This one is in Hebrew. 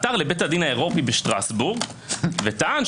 עתר לבית הדין האירופי בשטרסבורג וטען,